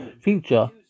feature